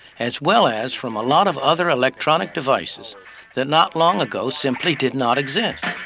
as well as from a lot of other electronic devices that not long ago simply did not exist.